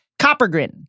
coppergrin